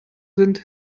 sind